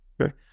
Okay